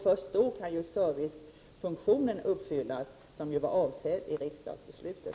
Först då kan servicefunktionen uppfyllas, som ju var avsedd i riksdagsbeslutet.